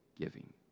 giving